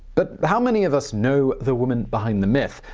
but how many of us know the woman behind the myth?